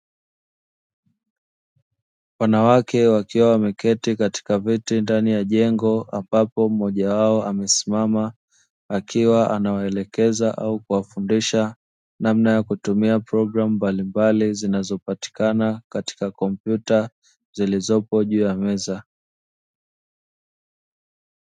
Wanawake wakiwa wameketi katika viti ndani ya jengo ambapo mmoja wao amesimama akiwa anawaelekeza au kuwafundisha, namna ya kutumia programu mbalimbali zinazopatikana katika kompyuta zilizopo juu ya meza.